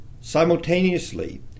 Simultaneously